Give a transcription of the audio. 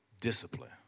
discipline